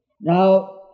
Now